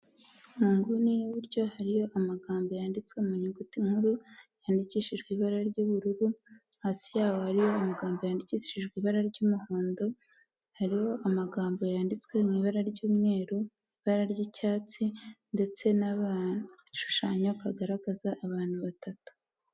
Mu nguni y'iburyo hariyo amagambo yanditswe mu nyuguti nkuru, yandikishijwe ibara ry'ubururu, hasi yaho hariyo amagambo yandikishijwe ibara ry'umuhondo, hariho amagambo yanditswe mu ibara ry'umweru, ibara ry'icyatsi ndetse n'agashushanyo kagaragaza abantu batatu.